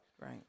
Right